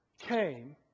came